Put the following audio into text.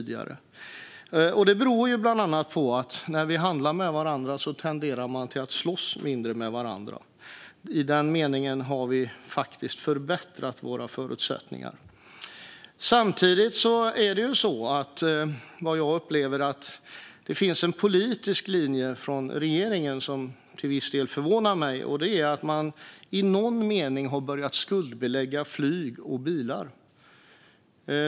Detta beror bland annat på att när vi handlar mer med varandra tenderar vi att slåss mindre med varandra. I den meningen har vi faktiskt förbättrat våra förutsättningar. Samtidigt upplever jag att det finns en politisk linje från regeringen som till viss del förvånar mig. Det handlar om att man i någon mening har börjat skuldbelägga flyg och bilar.